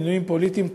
מינויים פוליטיים,